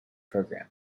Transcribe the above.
programme